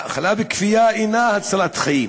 האכלה בכפייה אינה הצלת חיים